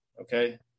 Okay